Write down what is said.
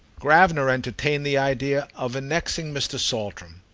gravener entertained the idea of annexing mr. saltram.